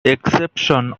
exception